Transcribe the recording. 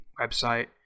website